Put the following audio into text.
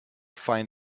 find